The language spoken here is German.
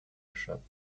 geschöpft